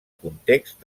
context